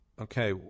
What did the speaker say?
okay